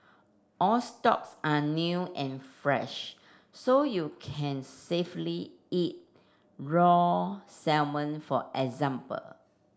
all stocks are new and fresh so you can safely eat raw salmon for example